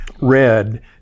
red